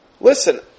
Listen